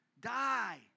Die